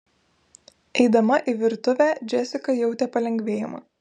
eidama į virtuvę džesika jautė palengvėjimą